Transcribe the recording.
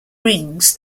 rings